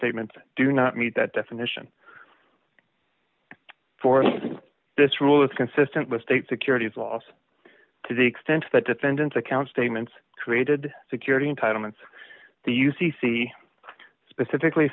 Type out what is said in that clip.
statements do not meet that definition for this rule is consistent with state securities laws to the extent that defendants account statements created security entitlements the u c c specifically